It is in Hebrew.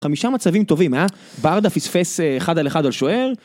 חמישה מצבים טובים היה, ברדה פספס אחד על אחד על שוער.